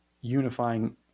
unifying